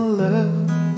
love